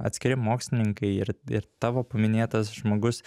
atskiri mokslininkai ir ir tavo paminėtas žmogus